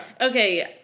Okay